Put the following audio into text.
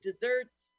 desserts